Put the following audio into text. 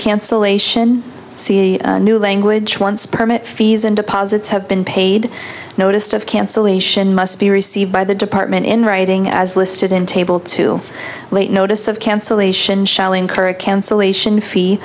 cancellation see a new language once permit fees and deposits have been paid noticed of cancellation must be received by the department in writing as listed in table two late notice of cancellation shall incur a cancellation fee